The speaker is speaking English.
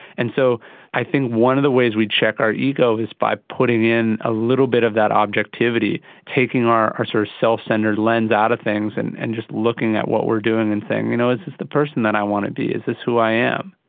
and so i think one of the ways we check our ego is by putting in a little bit of that objectivity, taking our our sort of self-centred lens out of things and and just looking at what we are doing and saying, you know, is this the person that i want to be, is this who i am?